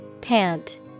Pant